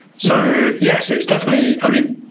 so yes, it's definitely, i mean,